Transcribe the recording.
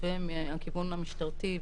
ומהכיוון המשטרתי,